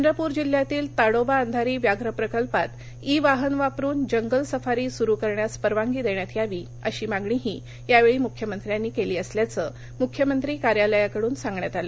चंद्रपूर जिल्ह्यातील ताडोबा अंधारी व्याघ्र प्रकल्पात ई वाहन वापरुन जंगल सफारी सुरु करण्यास परवानगी देण्यात यावी अशी मागणीही यावेळी मुख्यमंत्र्यांनी केली असल्याचं मुख्यमंत्री कार्यालयाकडून सांगण्यात आलं